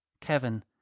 Kevin